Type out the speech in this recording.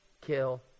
kill